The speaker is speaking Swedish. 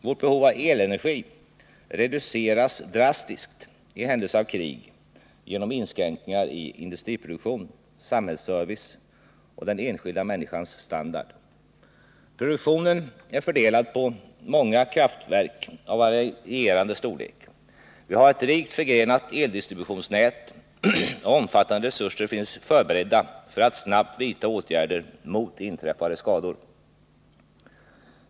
Vårt behov av elenergi reduceras drastiskt i händelse av krig genom inskränkningar i industriproduktion, samhällsservice och den enskilda människans standard. Produktionen är fördelad på många kraftverk av varierande storlek, vi har ett rikt förgrenat eldistributionsnät, och omfattande resurser finns förberedda för att snabbt vidta åtgärder mot inträffade skador.